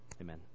Amen